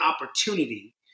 opportunity